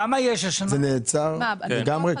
לגמרי?